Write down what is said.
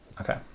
okay